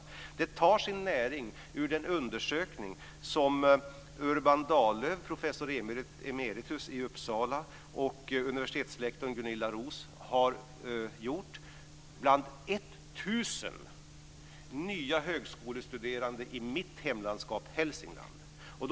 Motionen tar sin näring ur den undersökning som Urban Dahllöf, professor emeritus i Uppsala, och universitetslektorn Gunilla Roos har gjort bland 1 000 nya högskolestuderande i mitt hemlandskap Hälsingland.